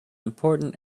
important